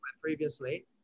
Previously